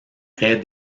raie